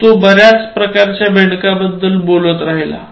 मग तो बर्याच प्रकारच्या बेडकांबद्दल बोलत राहिला